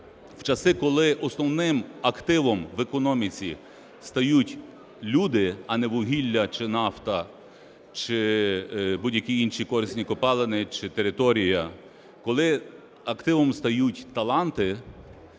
в часи, коли основним активом в економіці стають люди, а не вугілля чи нафта, чи будь-які інші корисні копалини, чи територія, коли активом стають таланти,